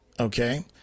Okay